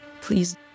please